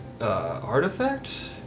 artifact